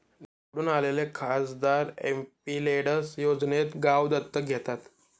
निवडून आलेले खासदार एमपिलेड्स योजनेत गाव दत्तक घेतात